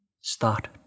start